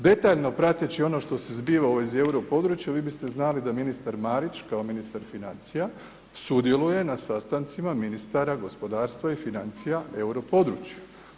Detaljno prateći ono što se zbiva u vezi euro područja, vi biste znali da ministar Marić kao ministar financija sudjeluje na sastancima ministara gospodarstva i financija euro područja.